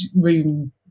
room